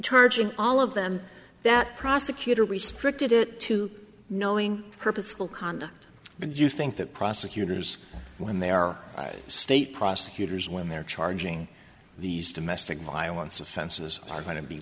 charging all of them that prosecutor restricted it to knowing purposeful conduct but do you think that prosecutors when they are state prosecutors when they're charging these domestic violence offenses are going to be